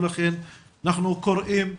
ולכן אנחנו קוראים לעירייה,